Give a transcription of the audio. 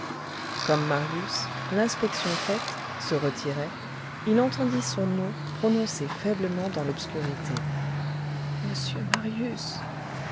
comme marius l'inspection faite se retirait il entendit son nom prononcé faiblement dans l'obscurité monsieur marius